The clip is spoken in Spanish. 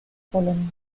polonia